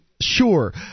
sure